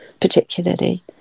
particularly